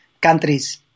countries